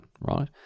Right